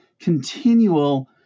continual